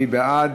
מי בעד?